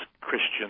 Christian